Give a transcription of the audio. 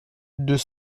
deux